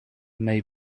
may